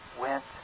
went